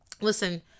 Listen